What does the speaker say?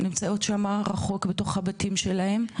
שם רחוק בתוך הבתים שלהן,